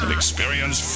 experience